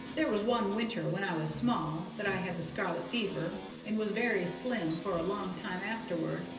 there was one winter when i was small that i had the scarlet-fever, and was very slim for a long time afterward,